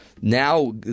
now